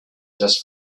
just